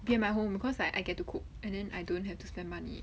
be my home because I get to cook and then I don't have to spend money